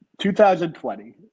2020